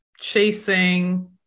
chasing